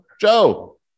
Joe